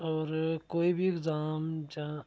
और कोई बी इंगजाम जां